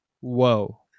Whoa